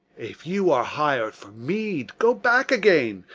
if you are hir'd for meed, go back again,